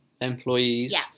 employees